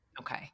Okay